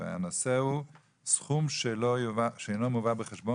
הנושא הוא סכום שאינו מובא בחשבון